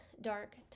dark